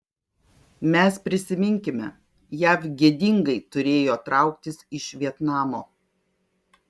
mes prisiminkime jav gėdingai turėjo trauktis iš vietnamo